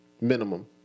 minimum